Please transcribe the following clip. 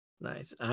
nice